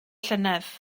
llynedd